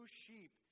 sheep